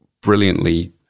brilliantly